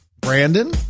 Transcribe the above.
Brandon